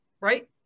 right